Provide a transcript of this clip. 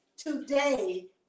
today